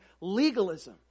legalism